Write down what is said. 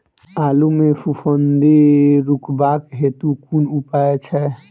आलु मे फफूंदी रुकबाक हेतु कुन उपाय छै?